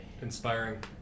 Inspiring